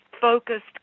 focused